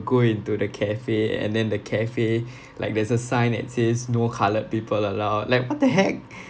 go into the cafe and then the cafe like there's a sign that says no coloured people allowed like what the heck